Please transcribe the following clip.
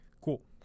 cool